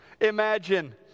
Imagine